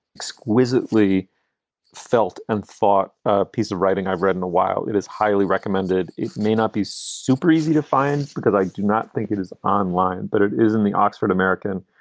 exquisitely felt and thought ah piece of writing i've read in a while it is highly recommended. it may not be super easy to find because i do not think it is online but it isn't the oxford american.